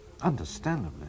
Understandably